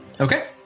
okay